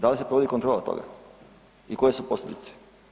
Da li se provodi kontrola toga i koje su posljedice?